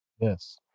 Yes